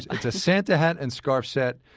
it's a santa hat and scarf set,